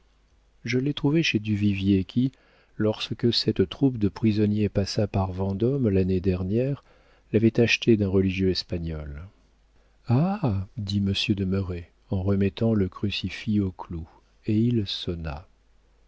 je l'ai trouvé chez duvivier qui lorsque cette troupe de prisonniers passa par vendôme l'année dernière l'avait acheté d'un religieux espagnol ah dit monsieur de merret en remettant le crucifix au clou et il sonna